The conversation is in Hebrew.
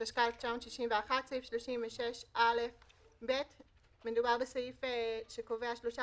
התשכ"א-1961 סעיף 36א(ב);" מדובר בסעיף שקובע שלושה